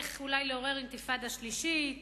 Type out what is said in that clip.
איך אולי לעורר אינתיפאדה שלישית,